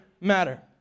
matter